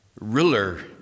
ruler